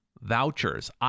vouchers